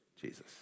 Jesus